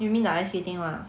you mean the ice skating [one] ah